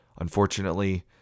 Unfortunately